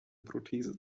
prothese